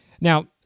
Now